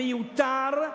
המיותר,